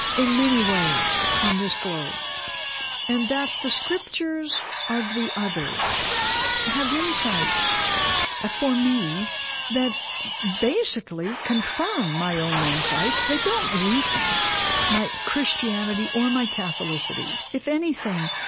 in many ways on this globe and that the scriptures of the other have insights for me that basically confirm my own insights. they don't weaken my christianity or my catholicity. if anything,